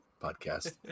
podcast